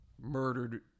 murdered